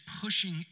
pushing